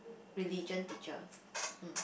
religion teacher mm